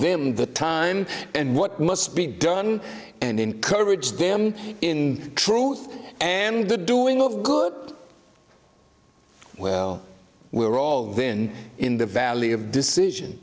them the time and what must be done and encourage them in truth and the doing of good well we're all then in the valley of decision